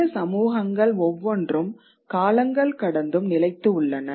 இந்த சமூகங்கள் ஒவ்வொன்றும் காலங்கள் கடந்தும் நிலைத்து உள்ளன